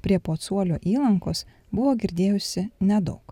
prie pocuolio įlankos buvo girdėjusi nedaug